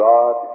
God